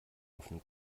offenen